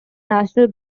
national